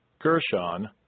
Gershon